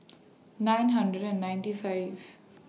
nine hundred and ninety five